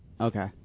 Okay